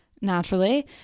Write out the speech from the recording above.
naturally